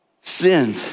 Sin